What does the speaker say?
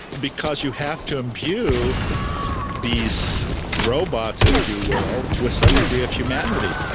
because you have to imbue these robots, if you will, with some degree of humanity.